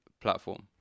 platform